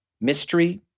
mystery